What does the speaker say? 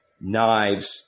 knives